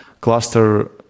cluster